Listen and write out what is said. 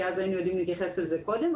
כי אז היינו יודעים להתייחס לזה קודם.